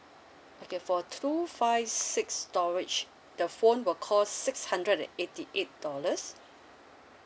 okay for two five six storage the phone will cost six hundred and eighty eight dollars